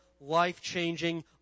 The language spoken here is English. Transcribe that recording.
life-changing